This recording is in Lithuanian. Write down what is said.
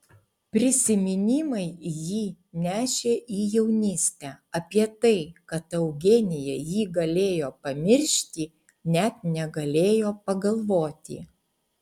prisiminimai jį nešė į jaunystę apie tai kad eugenija jį galėjo pamiršti net negalėjo pagalvoti